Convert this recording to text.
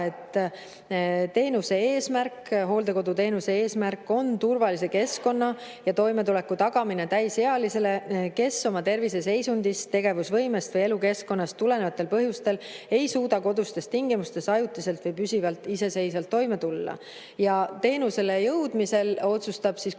ütlevad seda, et hooldekoduteenuse eesmärk on turvalise keskkonna ja toimetuleku tagamine täisealisele, kes oma terviseseisundist, tegevusvõimest või elukeskkonnast tulenevatel põhjustel ei suuda kodustes tingimustes ajutiselt või püsivalt iseseisvalt toime tulla. Ja teenusele jõudmisel otsustab kohalik